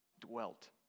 dwelt